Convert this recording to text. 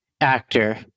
actor